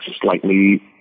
slightly